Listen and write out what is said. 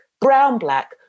brown-black